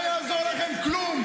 לא יעזור לכם כלום.